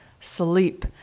sleep